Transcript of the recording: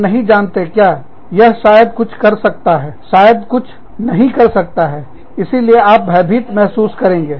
हम नहीं जानते क्या यह शायद कुछ कर सकता है शायद यह कुछ नहीं कर सकता है इसीलिए आप भयभीत महसूस करेंगे